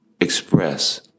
express